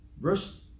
verse